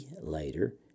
later